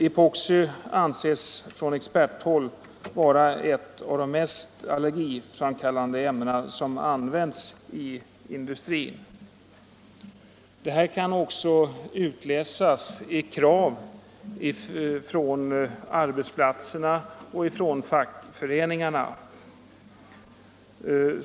Epoxi anses från experthåll vara ett av de mest allergiframkallande ämnen som används i industrin. Detta kan också utläsas i krav från arbetsplatserna och fackföreningarna.